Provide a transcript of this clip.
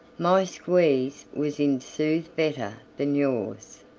my squeeze was in sooth better than yours,